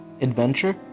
adventure